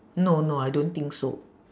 no no I don't think so